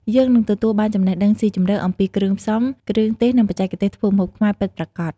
យើងនឹងទទួលបានចំណេះដឹងស៊ីជម្រៅអំពីគ្រឿងផ្សំ គ្រឿងទេស និងបច្ចេកទេសធ្វើម្ហូបខ្មែរពិតប្រាកដ ។